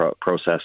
process